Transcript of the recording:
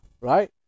Right